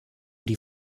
die